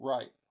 Right